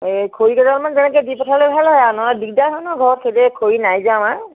এ খৰি কেইদালমান যেনেকৈ দি পঠালে ভাল হয় আৰ নহলে দিগদাৰ হয় নহয় ঘৰত খৰি নাই যে আমাৰ